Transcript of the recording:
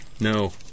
No